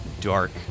dark